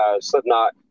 Slipknot